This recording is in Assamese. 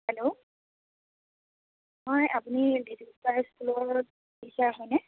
হেল্লো হয় আপুনি লিটিল ষ্টাৰ স্কুলৰ টিচাৰ হয়নে